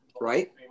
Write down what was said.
Right